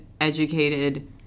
educated